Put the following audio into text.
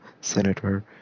senator